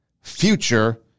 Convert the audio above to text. future